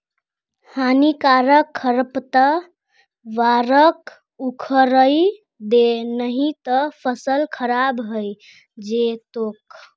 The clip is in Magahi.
हानिकारक खरपतवारक उखड़इ दे नही त फसल खराब हइ जै तोक